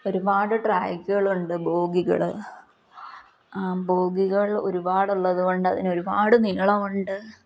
ഒരുപാട് ട്രാക്കുകളുണ്ട് ബോഗികൾ ബോഗികൾ ഒരുപാടുള്ളതുകൊണ്ട് അതിന് ഒരുപാട് നീളം ഉണ്ട്